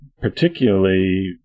particularly